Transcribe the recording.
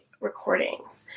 recordings